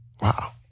wow